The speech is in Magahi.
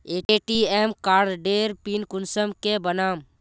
ए.टी.एम कार्डेर पिन कुंसम के बनाम?